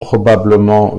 probablement